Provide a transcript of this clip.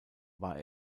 war